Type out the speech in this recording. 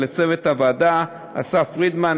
לצוות הוועדה אסף פרידמן,